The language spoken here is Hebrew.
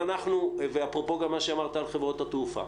אפרופו מה שאמרת על חברות התעופה.